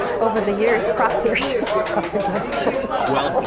over the years, prop their shoes up against the wall.